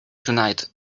tonight